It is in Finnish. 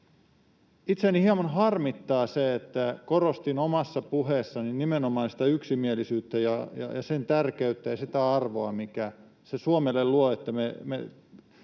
Itseäni hieman harmittaa se, että kun korostin omassa puheessani nimenomaan sitä yksimielisyyttä ja sen tärkeyttä ja sitä arvoa, minkä Suomelle luo